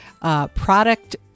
product